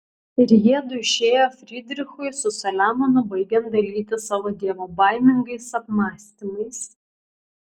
ir jiedu išėjo frydrichui su saliamonu baigiant dalytis savo dievobaimingais apmąstymais